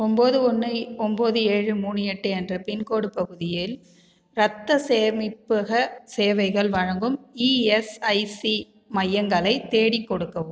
ஒம்போது ஒன்று ஒம்போது ஏழு மூணு எட்டு என்ற பின்கோடு பகுதியில் இரத்தச் சேமிப்பகச் சேவைகள் வழங்கும் இஎஸ்ஐசி மையங்களை தேடிக் கொடுக்கவும்